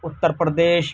Uttar Pradesh